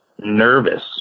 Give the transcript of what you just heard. nervous